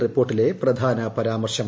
റിപ്പോർട്ടിലെ പ്രധാന പരാമർശം